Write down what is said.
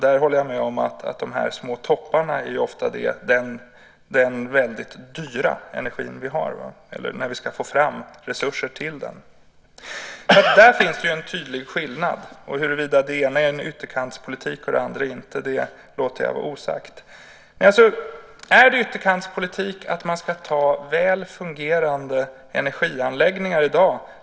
Jag håller med om att de små topparna ofta är den väldigt dyra energi vi har, när vi ska få fram resurser till den. Där finns det en tydlig skillnad. Huruvida det ena är en ytterkantspolitik och det andra inte låter jag vara osagt. Är det ytterkantspolitik att man inte ska lägga ned väl fungerande energianläggningar i dag?